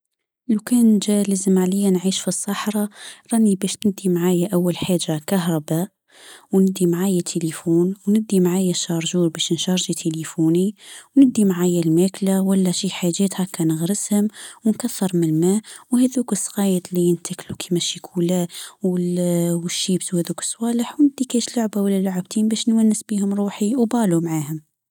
لو كان جي لازم عليا اعيش في الصحراء. راني بش ندي معايا اول حاجه كهرباء وندي معايا تليفون ،ندي معي شارجور بشنشرجر تلفوني وندي معي الماكله ولا شي حاجه نغرسها ونكثر من ماء وهذوك الصوالح متل الشكولا والشيبس وهذوك الصوالح وبالو معاهم